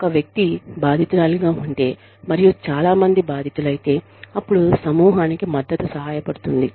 ఒక వ్యక్తి బాధితురాలిగా ఉంటే మరియు చాలా మంది బాధితులైతే అప్పుడు సమూహానికి మద్దతు సహాయపదుతుంది